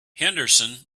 henderson